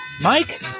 mike